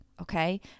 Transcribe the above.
okay